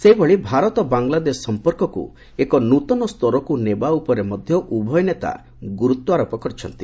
ସେହିଭଳି ଭାରତ ବାଂଲାଦେଶ ସମ୍ପର୍କକୁ ଏକ ନୂତନ ସ୍ତରକୁ ନେବା ଉପରେ ମଧ୍ୟ ଉଭୟ ନେତା ଗୁରୁତ୍ୱାରୋପ କରିଛନ୍ତି